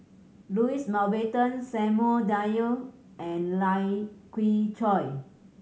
Louis Mountbatten Samuel Dyer and Lai Kew Chai